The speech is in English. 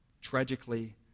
Tragically